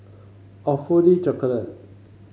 Awfully Chocolate